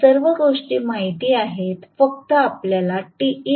या सर्व गोष्टी माहिती आहेत फक्त आपल्याला Temax